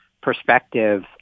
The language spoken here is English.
perspective